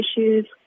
issues